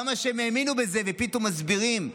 כמה שהם האמינו בזה ופתאום מסבירים.